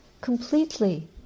completely